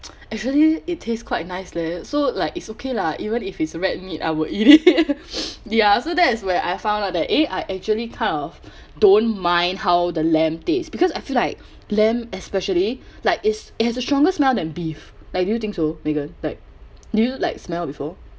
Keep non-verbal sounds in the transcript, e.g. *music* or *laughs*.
actually it taste quite nice leh so like it's okay lah even if it's a rat meat I would eat it *laughs* *noise* ya so that is where I found out that eh I actually kind of don't mind how the lamb taste because I feel like lamb especially like is it has a stronger smell than beef like do you think so megan like do you like smell before